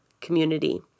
community